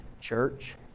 church